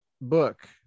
book